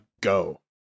go